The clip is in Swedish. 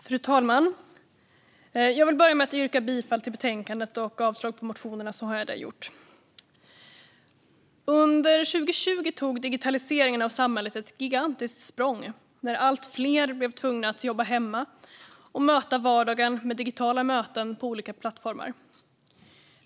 Fru talman! Jag yrkar bifall till utskottets förslag och avslag på reservationerna. Under 2020 tog digitaliseringen av samhället ett gigantiskt språng när allt fler blev tvungna att jobba hemma och hantera vardagen med digitala möten på olika plattformar.